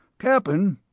cap'n,